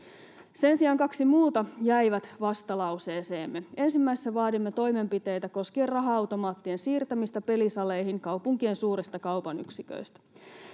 Sen sijaan kaksi muuta jäivät vastalauseeseemme. Ensimmäisessä vaadimme toimenpiteitä koskien raha-automaattien siirtämistä pelisaleihin kaupunkien suurista kaupan yksiköistä.